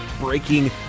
breaking